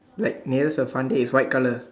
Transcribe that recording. like nearest to the fun day is white colour